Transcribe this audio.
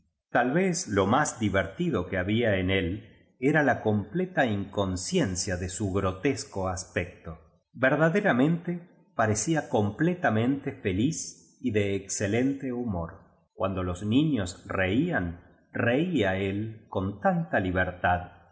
tal vez lo más divertido que había en él era la completa inconsciencia de su grotesco aspecto verdadera mente parecía completamente feliz y de excelente humor cuando los niños reían reía él con tanta libertad